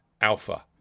Alpha